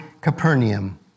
Capernaum